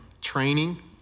training